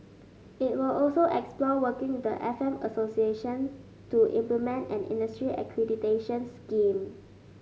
it will also explore working with the F M associations to implement an industry accreditation scheme